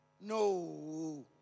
No